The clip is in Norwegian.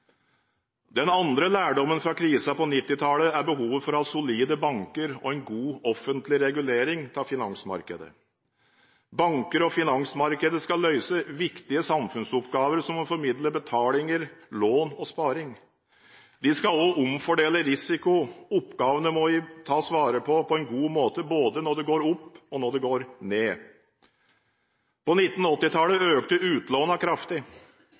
Den andre lærdommen fra krisen på 1990-tallet er behovet for å ha solide banker og en god offentlig regulering av finansmarkedet. Bankene og finansmarkedene skal løse viktige samfunnsoppgaver som å formidle betalinger, lån og sparing. De skal også omfordele risiko. Oppgavene må tas vare på på en god måte både når det går opp og når det går ned. På 1980-tallet økte utlånene kraftig.